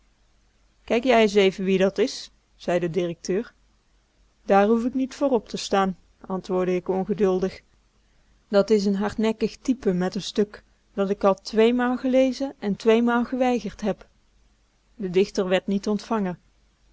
kijk jij ns even wie dat is zei de directeur daar hoef ik niet voor op te staan antwoordde k ongeduldig dat is n hardnekkig type met n stuk dat ik al twéémaal gelezen en tweemaal geweigerd heb de dichter werd niet ontvangen